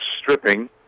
stripping